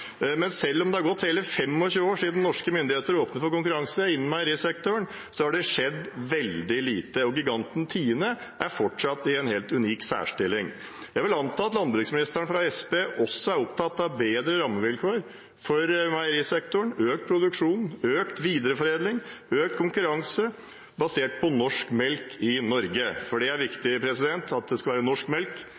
Men selv om det har gått hele 25 år siden norske myndigheter åpnet for konkurranse innen meierisektoren, har det skjedd veldig lite, og giganten Tine er fortsatt i en helt unik særstilling. Jeg vil anta at landbruksministeren fra Senterpartiet også er opptatt av bedre rammevilkår for meierisektoren, økt produksjon, økt videreforedling og økt konkurranse, basert på norsk melk i Norge, for det er viktig at det skal være norsk melk